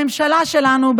הממשלה שלנו,